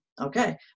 okay